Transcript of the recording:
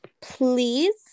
Please